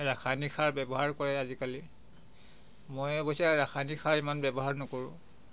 ৰাসায়নিক সাৰ ব্যৱহাৰ কৰে আজিকালি মই অৱশ্যে ৰাসায়নিক সাৰ ইমান ব্যৱহাৰ নকৰোঁ